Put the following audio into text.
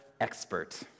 expert